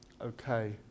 Okay